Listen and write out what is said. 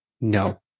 no